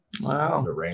Wow